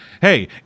hey